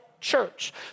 church